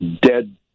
dead